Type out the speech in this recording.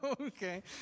Okay